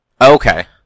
Okay